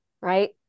right